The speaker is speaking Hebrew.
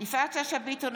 יפעת שאשא ביטון,